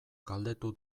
galdetu